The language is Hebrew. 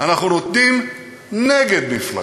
אנחנו נותנים נגד מפלגה.